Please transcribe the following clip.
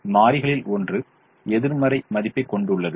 மேலும் மாறிகளில் ஒன்று எதிர்மறை மதிப்பைக் கொண்டுள்ளது